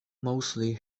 mosley